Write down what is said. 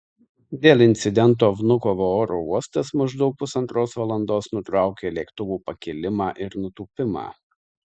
dėl incidento vnukovo oro uostas maždaug pusantros valandos nutraukė lėktuvų pakilimą ir nutūpimą